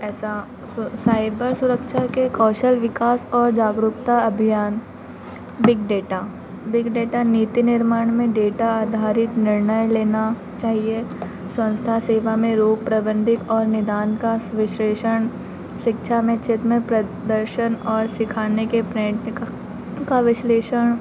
ऐसा साइबर सुरक्षा के कौशल विकास और जागरुकता अभियान बिग डेटा बिग डेटा नीति निर्माण में डेटा आधारित निर्णय लेना चाहिए संस्था सेवा में रो प्रबंधित और निदान का विश्लेषण शिक्षा में क्षेत्र में प्रदर्शन और सिखाने के पर्यटन का का विश्लेषण